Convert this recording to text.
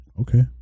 okay